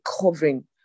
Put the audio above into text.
covering